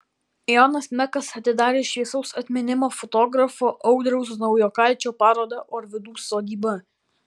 jonas mekas atidarė šviesaus atminimo fotografo audriaus naujokaičio parodą orvidų sodyba